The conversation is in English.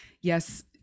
yes